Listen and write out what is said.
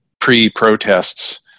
pre-protests